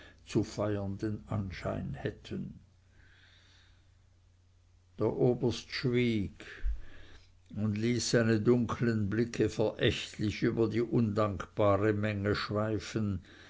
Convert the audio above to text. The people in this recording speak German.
zu feiern den anschein hätten der oberst schwieg und ließ seine dunkeln blicke verächtlich über die undankbare menge schweifen